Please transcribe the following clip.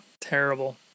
terrible